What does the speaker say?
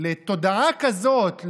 תודעה כזאת,